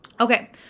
Okay